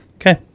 Okay